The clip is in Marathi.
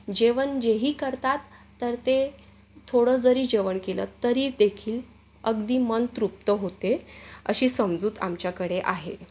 जेवण जेही करतात तर ते थोडं जरी जेवण केलं तरीदेखील अगदी मन तृप्त होते अशी समजूत आमच्याकडे आहे